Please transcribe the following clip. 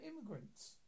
immigrants